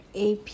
AP